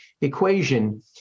equation